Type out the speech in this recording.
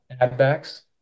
addbacks